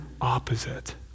opposite